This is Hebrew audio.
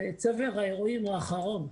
וצבר האירועים האחרון,